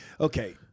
Okay